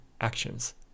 actions